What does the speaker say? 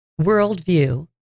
worldview